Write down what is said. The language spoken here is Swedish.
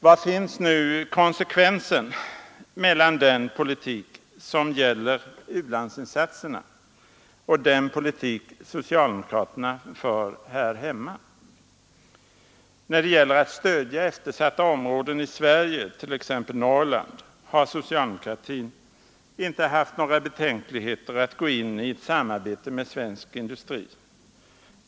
Var finns nu konsekvensen när det gäller den politik som gäller u-landsinsatserna och den politik socialdemokraterna för här hemma? När det gällt att stödja eftersatta områden i Sverige, t.ex. Norrland, har socialdemokratin inte haft några betänkligheter mot att gå in i ett samarbete med svensk industri.